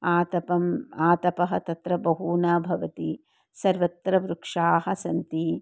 आतपः आतपः तत्र बहु न भवति सर्वत्र वृक्षाः सन्ति